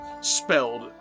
spelled